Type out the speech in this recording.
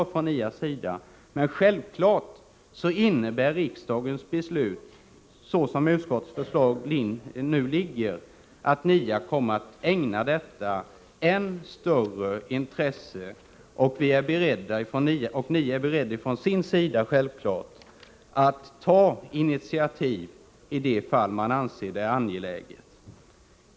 12 december 1984 Självfallet innebär dock riksdagens beslut, såsom utskottets förslag nu ligger, att NIA kommer att ägna detta än större intresse. Givetvis är man inom NIA Internationella å sin sida också beredd att ta initiativ i de fall där man anser det angeläget. adoptioner Herr talman!